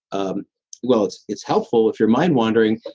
um well it's it's helpful if you're mind-wandering,